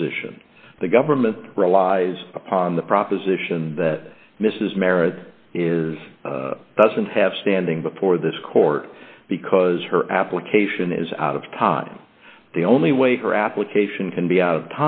position the government relies upon the proposition that mrs merrett is doesn't have standing before this court because her application is out of time the only way her application can be out of t